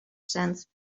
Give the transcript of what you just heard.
sense